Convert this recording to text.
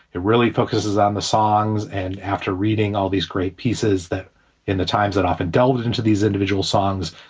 it really focuses on the songs. and after reading all these great pieces that in the times that often delves into these individual songs.